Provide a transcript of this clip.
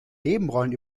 nebenrollen